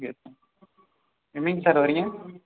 okay sir என்றைக்கு sir வரீங்க